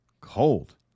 Cold